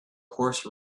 horse